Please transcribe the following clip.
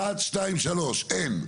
אחת, שתיים, שלוש, אין.